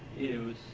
you